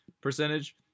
percentage